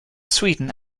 sweden